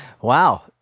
Wow